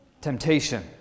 Temptation